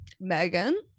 Megan